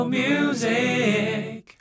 music